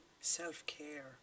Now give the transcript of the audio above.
self-care